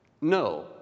No